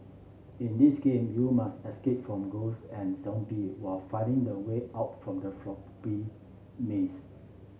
in this game you must escape from ghost and zombie while finding the way out from the maze